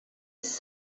his